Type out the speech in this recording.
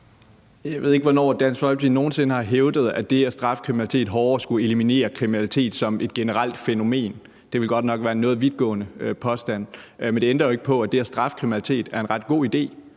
Jeg ved ikke, hvornår Dansk Folkeparti nogen sinde har hævdet, at det at straffe kriminalitet hårdere skulle eliminere kriminalitet som et generelt fænomen. Det ville godt nok være en noget vidtgående påstand, men det ændrer ikke på, at det at straffe kriminalitet er en ret god idé.